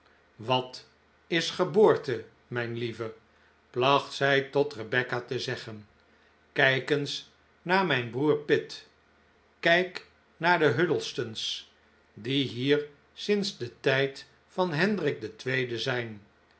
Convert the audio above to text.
wat is geboorte mijn lieve placht zij tot rebecca te zeggen kijk eens naar mijn broer pitt kijk naar de huddlestons die hier sinds den tijd van hendrik ii zijn